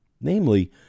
Namely